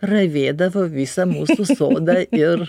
ravėdavo visą mūsų sodą ir